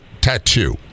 tattoo